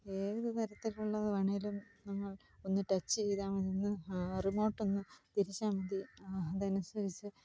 ഏതു തരത്തിലുള്ളത് വേണേലും നമ്മൾ ഒന്ന് ടച്ച് ചെയ്താൽ ഒന്ന് റിമോട്ടൊന്ന് തിരിച്ചാൽ മതി അതനുസരിച്ച്